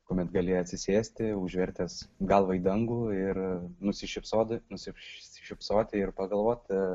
kuomet gali atsisėsti užvertęs galvą į dangų ir nusišypsodi nusišypsoti ir pagalvoti